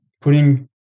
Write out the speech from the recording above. putting